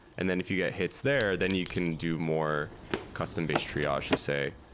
and then if you get hits there, then you can do more custom-based triage to say,